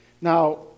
Now